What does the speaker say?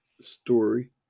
story